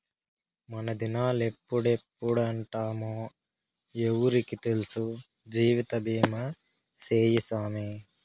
మనదినాలెప్పుడెప్పుంటామో ఎవ్వురికి తెల్సు, జీవితబీమా సేయ్యి సామీ